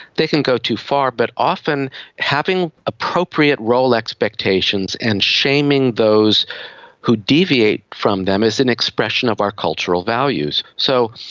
they can go too far. but often having appropriate role expectations and shaming those who deviate from them is an expression of our cultural values. so,